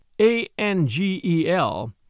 A-N-G-E-L